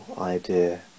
idea